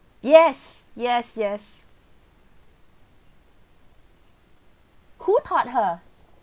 yes yes yes who taught her